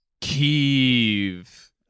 Kiev